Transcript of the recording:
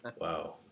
Wow